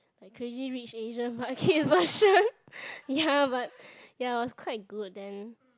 like Crazy-Rich-Asian but kids version ya but ya it was quite good then